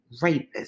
Rapists